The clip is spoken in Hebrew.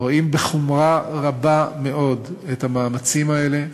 רואים בחומרה רבה מאוד את המאמצים האלה,